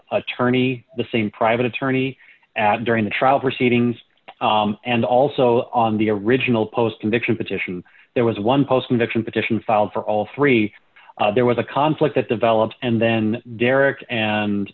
attorney the same private attorney at during the trial proceedings and also on the original post conviction petition there was one post and action petition filed for all three there was a conflict that developed and then derek and